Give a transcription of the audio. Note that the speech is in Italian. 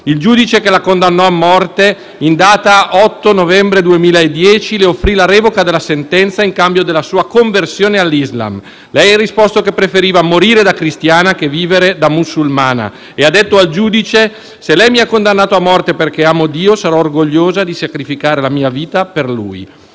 Il giudice che l'ha condannata a morte in data 8 novembre 2010 le offrì la revoca della sentenza in cambio della sua conversione all'Islam. Lei ha risposto che preferiva morire da cristiana che vivere da musulmana e ha detto al giudice: «Se lei mi ha condannato a morte perché amo Dio, sarò orgogliosa di sacrificare la mia vita per lui».